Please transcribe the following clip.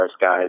guys